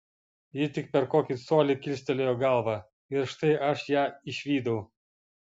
ji tik per kokį colį kilstelėjo galvą ir štai aš ją išvydau